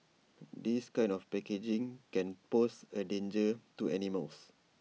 this kind of packaging can pose A danger to animals